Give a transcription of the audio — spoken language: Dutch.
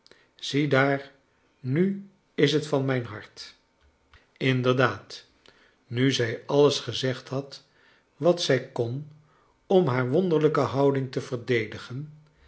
ziedaar nu is t van mijn hart inderdaad nu zij alles gezegd had wat zij kon om haar wonderlijke houding te verdedigen